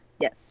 Yes